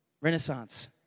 Renaissance